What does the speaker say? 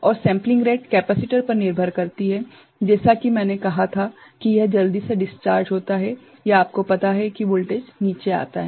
और sampling rate capacitor पर निर्भर करती है जैसा कि मैंने कहा था कि यह जल्दी से डिस्चार्ज होता है या आपको पता है कि वोल्टेज नीचे आता है